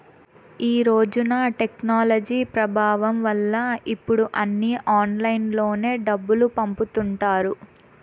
ఈ రోజున టెక్నాలజీ ప్రభావం వల్ల ఇప్పుడు అన్నీ ఆన్లైన్లోనే డబ్బులు పంపుతుంటారు